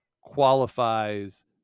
qualifies